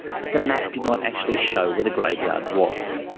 but the map did not actually show where the graveyard was.